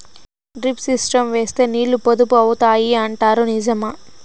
Drip system వేస్తే నీళ్లు పొదుపు అవుతాయి అంటారు నిజమా?